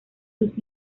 sus